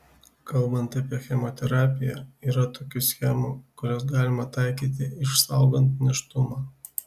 kalbant apie chemoterapiją yra tokių schemų kurias galima taikyti išsaugant nėštumą